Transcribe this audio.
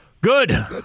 Good